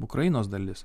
ukrainos dalis